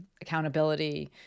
accountability